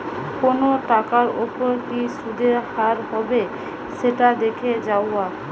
কোনো টাকার ওপর কি সুধের হার হবে সেটা দেখে যাওয়া